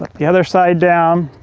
like the other side down.